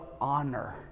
honor